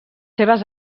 seves